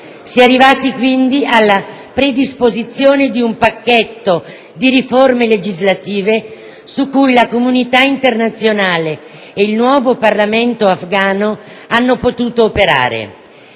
Si è arrivati, quindi, alla predisposizione di un pacchetto di riforme legislative, su cui la comunità internazionale e il nuovo Parlamento afghano hanno potuto operare.